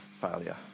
failure